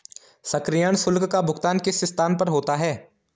सक्रियण शुल्क का भुगतान किस स्थान पर होता है?